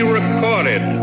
recorded